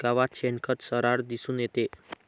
गावात शेणखत सर्रास दिसून येते